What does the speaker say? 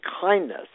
kindness